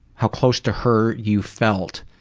how close to her you felt,